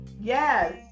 Yes